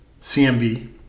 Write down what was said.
CMV